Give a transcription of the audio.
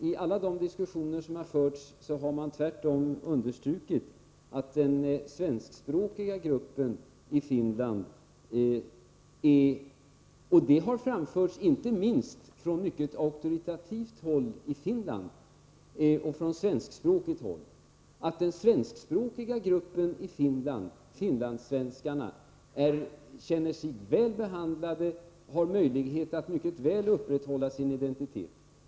I alla de diskussioner som har förts har man tvärtom understrukit att den svenskspråkiga gruppen i Finland, finlandssvenskarna — och det har framförts inte minst från mycket auktoritativt håll i Finland och från svenskspråkigt håll — känner sig väl behandlade och har möjlighet att mycket bra upprätthålla sin identitet.